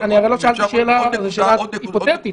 זאת שאלה היפותטית,